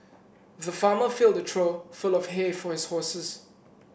the farmer filled the trough full of hay for his horses